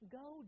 go